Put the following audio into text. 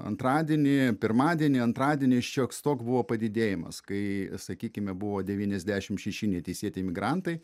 antradienį pirmadienį antradienį šioks toks buvo padidėjimas kai sakykime buvo devyniasdešimt šeši neteisėti imigrantai